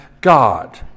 God